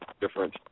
different